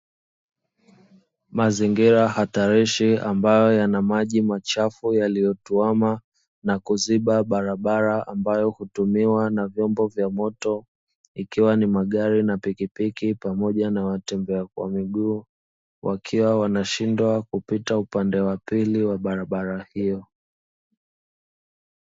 Mazingira hatarishi ambayo yana maji machafu yaliyotuama na kuziba barabara, ambayo hutumiwa na vyombo vya moto, ikiwa ni magari na pikipiki, pamoja na watembea kwa miguu, wakiwa wanashindwa kupita upande wa pili wa barabara hiyo.